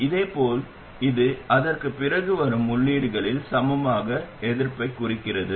இதேபோல் இது அதற்குப் பிறகு வரும் உள்ளீடுகளின் சமமான எதிர்ப்பைக் குறிக்கிறது